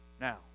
Now